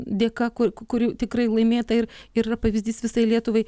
dėka kur kurių tikrai laimėta ir yra pavyzdys visai lietuvai